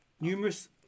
numerous